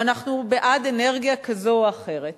או אנחנו בעד אנרגיה כזאת או אחרת,